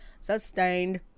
Sustained